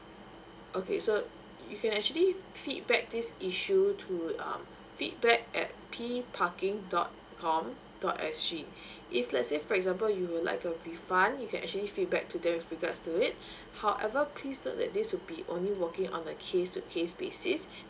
okay so you can actually feedback this issue to um feedback at P parking dot com dot S G if let's say for example you would like a refund you can actually feedback to them with regards to it however please note that this would be only working on a case to case basis